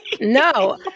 No